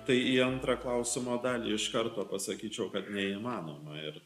tai į antrą klausimo dalį iš karto pasakyčiau kad neįmanoma ir